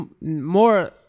more